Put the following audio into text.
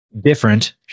Different